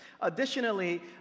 Additionally